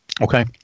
Okay